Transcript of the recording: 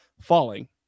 falling